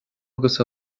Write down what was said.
agus